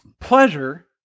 pleasure